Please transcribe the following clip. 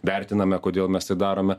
vertiname kodėl mes tai darome